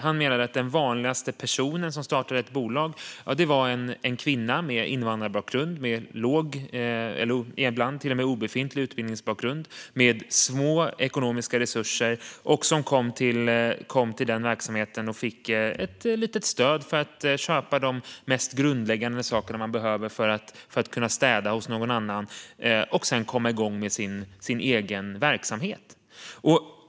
Han menade att den vanligaste personen som startade ett bolag var en kvinna med invandrarbakgrund, med låg eller ibland till och med obefintlig utbildningsbakgrund och med små ekonomiska resurser. Hon kom till hans verksamhet och fick ett litet stöd för att köpa de mest grundläggande sakerna man behöver för att kunna städa hos någon annan och sedan komma igång med sin egen verksamhet.